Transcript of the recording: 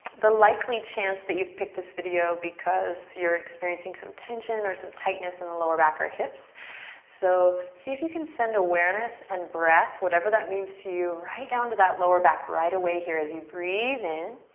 the likely chance that you've picked this video because you're experiencing some tension or some tightness in the lower back or hips so see if you can send awareness and breath, whatever that means to you, right down to that lower back right away here as you breathe in.